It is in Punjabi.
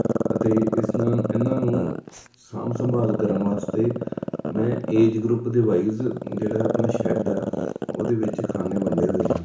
ਅਤੇ ਇਸ ਨਾਲ ਇਹਨਾਂ ਨੂੰ ਸਾਂਭ ਸੰਭਾਲ ਕਰਨ ਵਾਸਤੇ ਮੈਂ ਏਜ ਗਰੁੱਪ ਦੇ ਵਾਈਜ ਜਿਹੜਾ ਆਪਣਾ ਸ਼ੈੱਡ ਹੈ ਉਹਦੇ ਵਿੱਚ ਖਾਨੇ ਵੰਡੇ ਹੋਏ ਹਨ